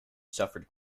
suffered